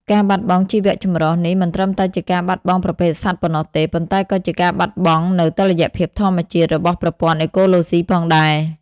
ការបាត់បង់ជីវៈចម្រុះនេះមិនត្រឹមតែជាការបាត់បង់ប្រភេទសត្វប៉ុណ្ណោះទេ ប៉ុន្តែក៏ជាការបាត់បង់នូវ តុល្យភាពធម្មជាតិ របស់ប្រព័ន្ធអេកូឡូស៊ីផងដែរ។